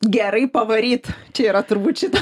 gerai pavaryt čia yra turbūt šito